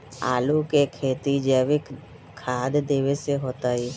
आलु के खेती जैविक खाध देवे से होतई?